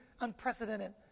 unprecedented